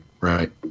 Right